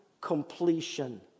completion